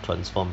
transform